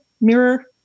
mirror